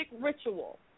ritual